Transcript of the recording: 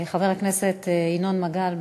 חבר הכנסת ינון מגל,